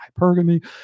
hypergamy